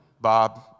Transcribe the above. Bob